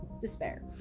despair